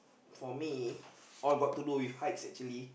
for me all got to do with heights actually